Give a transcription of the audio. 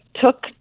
took